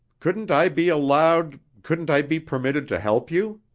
couldn't i be allowed, couldn't i be permitted to help you?